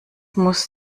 muss